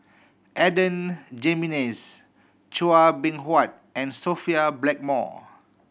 Adan Jimenez Chua Beng Huat and Sophia Blackmore